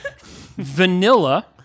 Vanilla